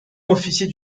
officier